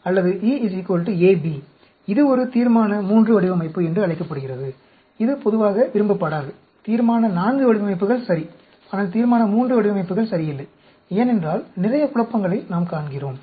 அல்லது E AB இது ஒரு தீர்மான III வடிவமைப்பு என்று அழைக்கப்படுகிறது இது பொதுவாக விரும்பப்படாது தீர்மான IV வடிவமைப்புகள் சரி ஆனால் தீர்மான III வடிவமைப்புகள் சரியில்லை ஏனென்றால் நிறைய குழப்பங்களை நாம் காண்கிறோம்